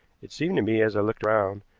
it seemed to me, as i looked round,